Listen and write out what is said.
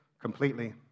completely